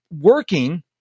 working